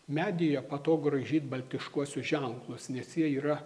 medyje patogu raižyt baltiškuosius ženklus nes jie yra